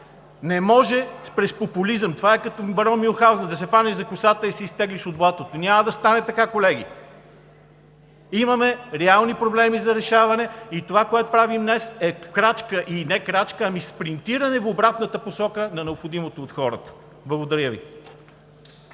Не може през популизъм – това не е като в „Барон Мюнхаузен“ – да се хванеш за косата и да се изтеглиш от блатото. Няма да стане така, колеги! Имаме реални проблеми за решаване. Това, което правим днес, е крачка – не крачка, ами спринтиране в обратната посока на необходимото от хората. Благодаря Ви.